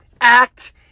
act